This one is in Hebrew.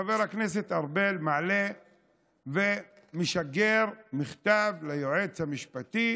חבר הכנסת ארבל מעלה ומשגר מכתב ליועץ המשפטי